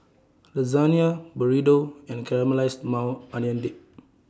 Lasagne Burrito and Caramelized Maui Onion Dip